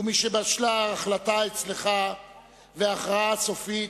ומשבשלה ההחלטה אצלך וההכרעה הסופית,